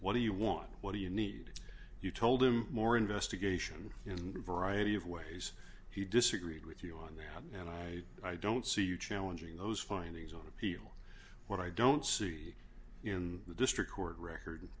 what do you want what do you need you told him more investigation in a variety of ways he disagreed with you on that and i i don't see you challenging those findings on appeal what i don't see in the district court record